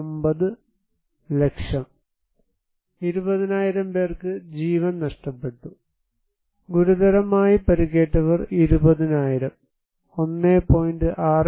79 ലക്ഷം 20000 പേർക്ക് ജീവൻ നഷ്ടപ്പെട്ടു ഗുരുതരമായി പരിക്കേറ്റവർ 20000 1